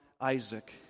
Isaac